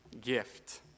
gift